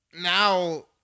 now